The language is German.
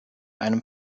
einem